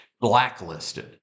blacklisted